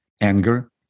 anger